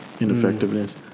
ineffectiveness